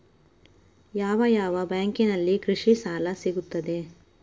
ಯಾವ ಯಾವ ಬ್ಯಾಂಕಿನಲ್ಲಿ ಕೃಷಿ ಸಾಲ ಸಿಗುತ್ತದೆ?